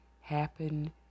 happen